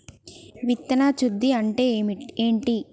విత్తన శుద్ధి అంటే ఏంటి?